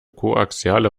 koaxiale